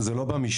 זה לא שם.